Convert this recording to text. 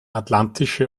atlantische